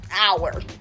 hour